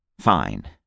Fine